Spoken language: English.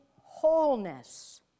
wholeness